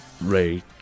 Ray